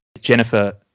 Jennifer